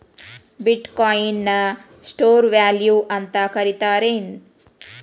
ಬಿಟ್ coin ನ store value ಅಂತ ಕರಿತಾರೆನ್